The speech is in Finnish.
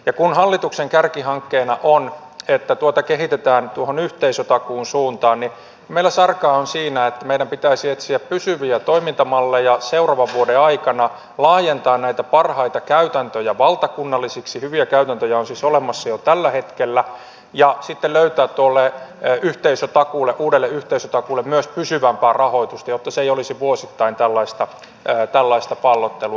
ja kun hallituksen kärkihankkeena on että tuota kehitetään tuohon yhteisötakuun suuntaan niin meillä sarkaa on siinä että meidän pitäisi etsiä pysyviä toimintamalleja seuraavan vuoden aikana laajentaa näitä parhaita käytäntöjä valtakunnallisiksi hyviä käytäntöjä on siis olemassa jo tällä hetkellä ja sitten löytää tuolle yhteisötakuulle uudelle yhteisötakuulle myös pysyvämpää rahoitusta jotta se ei olisi vuosittain tällaista pallottelua